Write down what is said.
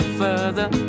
further